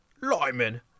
Lyman